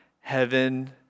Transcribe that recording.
heaven